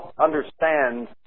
understand